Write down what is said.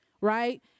right